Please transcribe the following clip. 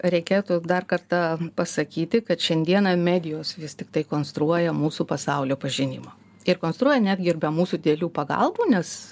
reikėtų dar kartą pasakyti kad šiandieną medijos vis tiktai konstruoja mūsų pasaulio pažinimo ir konstruoja netgi ir be mūsų dėlių pagalbų nes